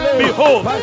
behold